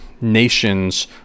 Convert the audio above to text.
nations